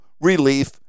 relief